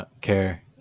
care